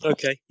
Okay